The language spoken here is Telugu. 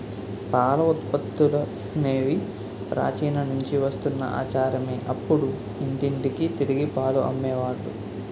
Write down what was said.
పాల ఉత్పత్తులనేవి ప్రాచీన నుంచి వస్తున్న ఆచారమే అప్పుడు ఇంటింటికి తిరిగి పాలు అమ్మే వాళ్ళు